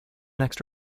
next